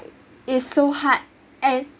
it’s so hard end